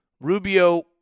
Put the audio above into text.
Rubio